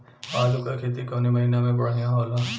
आलू क खेती कवने महीना में बढ़ियां होला?